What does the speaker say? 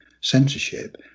censorship